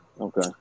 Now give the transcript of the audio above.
okay